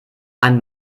ein